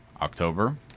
October